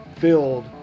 filled